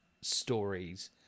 stories